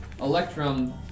Electrum